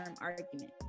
argument